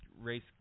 race